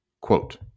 Quote